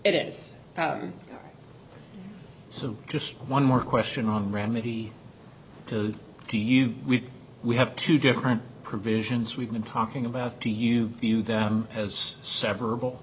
it is so just one more question on the remedy do you we have two different provisions we've been talking about do you view them as several